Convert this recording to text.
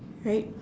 right